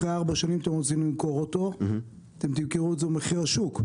אחרי ארבע שנים אתם רוצים למכור אותו אתם תמכרו את זה במחיר השוק.